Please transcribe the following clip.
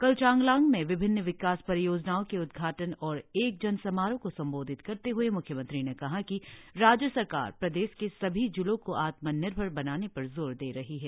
कल चांगलांग में विभिन्न विकास परियोजनाओ के उद्घाटन और एक जन समारोह को संबोधित करते हुए म्ख्यमंत्री ने कहा कि राज्य सरकार प्रदेश के सभी जिलों को आत्मनिर्भर बनाने पर जोर दे रही है